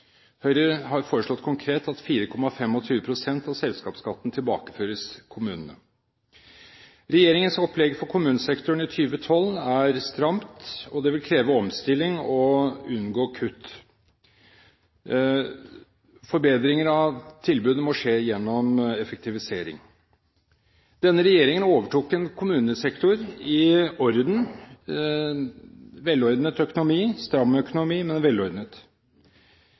Høyre har foreslått konkret at 4,25 pst. av selskapsskatten tilbakeføres til kommunene. Regjeringens opplegg for kommunesektoren i 2012 er stramt, og det vil kreve omstilling å unngå kutt. Forbedringer av tilbudet må skje gjennom effektivisering. Denne regjeringen overtok en kommunesektor i orden, med en velordnet økonomi – en stram økonomi, men velordnet.